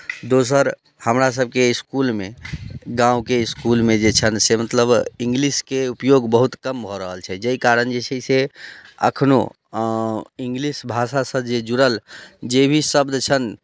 दोसर हमरासभके इसकुलमे गामके इसकुलमे जे छनि से मतलब इंग्लिशके उपयोग बहुत कम भऽ रहल छै जाहि कारण जे छै से एखनहु इंग्लिश भाषासँ जुड़ल जे भी शब्द छनि